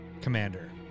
Commander